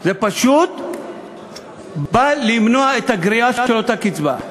זה פשוט בא למנוע את הגריעה של אותה קצבה.